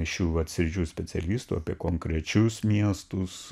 šių vat sričių specialistų apie konkrečius miestus